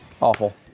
Awful